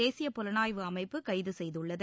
தேசிய புலனாய்வு அமைப்பு கைது செய்துள்ளது